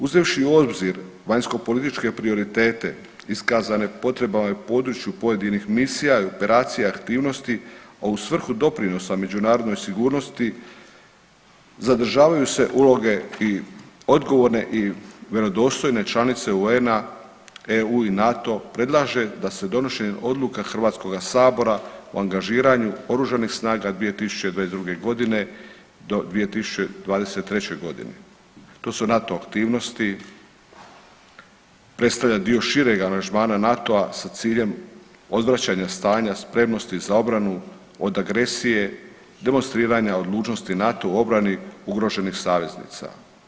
Uzevši u obzir vanjskopolitičke prioritete iskazane potrebama i području pojedinih misija, operacija i aktivnosti, a u svrhu doprinosa međunarodnoj sigurnosti zadržavaju se uloge odgovorne i vjerodostojne članice UN-a, EU i NATO predlaže da se donošenjem odluka HS-a u angažiranju oružanih snaga 2022.g. do 2023.g. To su NATO aktivnosti predstavlja dio šireg aranžmana NATO-a sa ciljem odvraćanja stanja spremnosti za obranu od agresije, demonstriranja odlučnosti NATO-a u obrani ugroženih saveznica.